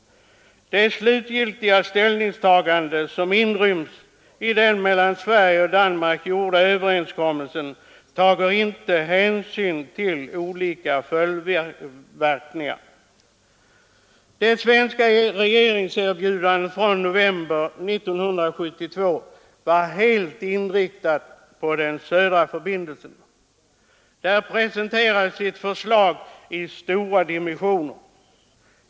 Det slutgiltiga ställningstagande som ryms i den mellan Sverige och Danmark gjorda överenskommelsen tar inte hänsyn till olika följdverkningar. Det svenska regeringserbjudandet från november 1972 var helt inriktat på den södra förbindelsen. Där presenterades ett förslag i stora dimensioner.